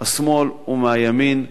מהשמאל ומהימין,